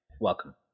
welcome